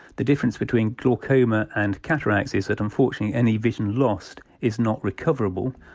the difference between glaucoma and cataracts is that unfortunately any vision lost is not recoverable.